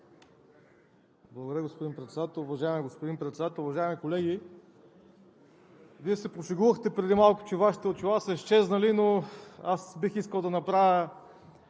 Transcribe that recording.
Уважаеми господин Председател, уважаеми колеги! Вие се пошегувахте преди малко, че Вашите очила са изчезнали, но аз бих искал да направя